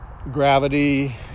gravity